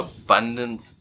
abundant